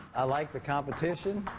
i like the competition.